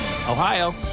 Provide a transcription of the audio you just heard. Ohio